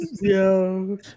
Yo